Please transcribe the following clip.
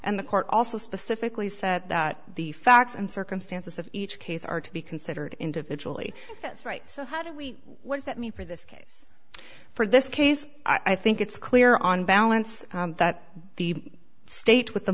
and the court also specifically said that the facts and circumstances of each case are to be considered individually that's right so how do we what does that mean for this case for this case i think it's clear on balance that the state with the